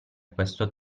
questo